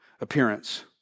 appearance